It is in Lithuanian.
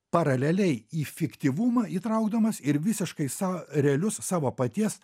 paraleliai į fiktyvumą įtraukdamas ir visiškai sau realius savo paties